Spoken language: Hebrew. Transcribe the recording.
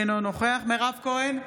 אינו נוכח מירב כהן,